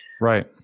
right